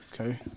Okay